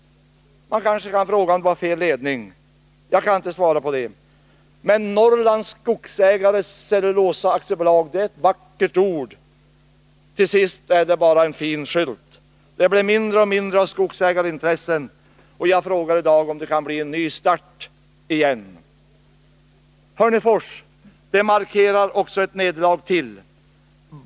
Man kanske kan fråga om det var fel ledning. Jag kan inte svara på det. Norrlands Skogsägares Cellulosa AB — det är ett vackert ord. Till sist är det bara en fin skylt. Det blir mindre och mindre av skogsägarintressen, och jag frågar i dag om det kan bli en ny start. Hörnefors — det markerar också ett nederlag till.